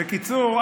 בקיצור,